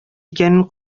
икәнен